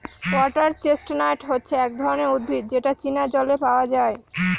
water chestnut হচ্ছে এক ধরনের উদ্ভিদ যেটা চীনা জলে পাওয়া যায়